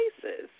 places